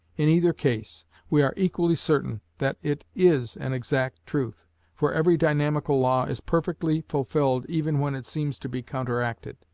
in either case we are equally certain that it is an exact truth for every dynamical law is perfectly fulfilled even when it seems to be counteracted.